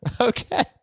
Okay